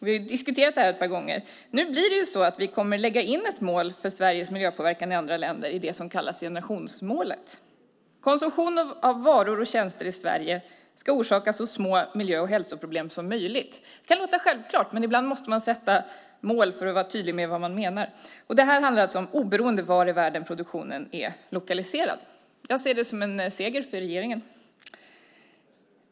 Vi har diskuterat det här ett par gånger. Vi kommer att lägga in ett mål för Sveriges miljöpåverkan i andra länder i det som kallas generationsmålet. Konsumtionen av varor och tjänster i Sverige ska orsaka så små miljö och hälsoproblem som möjligt. Det kan låta självklart, men ibland måste man sätta upp mål för att vara tydlig med vad man menar. Det här är oberoende av var i världen produktionen är lokaliserad. Jag ser det som en seger för regeringen.